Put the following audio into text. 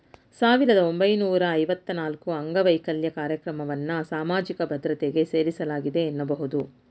ಸಾವಿರದ ಒಂಬೈನೂರ ಐವತ್ತ ನಾಲ್ಕುಅಂಗವೈಕಲ್ಯ ಕಾರ್ಯಕ್ರಮವನ್ನ ಸಾಮಾಜಿಕ ಭದ್ರತೆಗೆ ಸೇರಿಸಲಾಗಿದೆ ಎನ್ನಬಹುದು